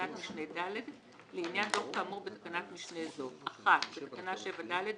בתקנת משנה (ד); לעניין דוח כאמור בתקנת משנה זו בתקנה 7(ד),